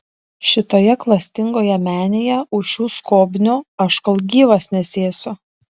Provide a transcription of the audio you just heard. šitoje klastingoje menėje už šių skobnių aš kol gyvas nesėsiu